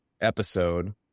episode